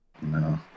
no